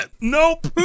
Nope